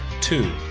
two